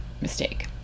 mistake